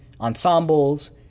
ensembles